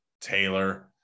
Taylor